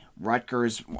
Rutgers